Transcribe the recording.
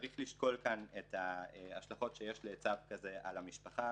צריך לשקול כאן את ההשלכות שיש לצו כזה על המשפחה,